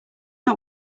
not